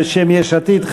בשם יש עתיד,